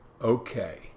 okay